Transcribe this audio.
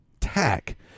tack